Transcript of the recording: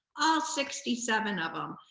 all sixty seven of um